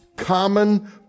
common